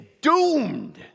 doomed